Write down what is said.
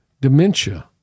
dementia